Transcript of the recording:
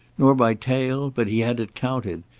nor by tale but he had it counted,